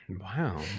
Wow